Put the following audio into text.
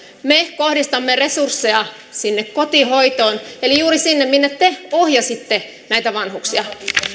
me kohdistamme resursseja sinne kotihoitoon eli juuri sinne minne te ohjasitte näitä vanhuksia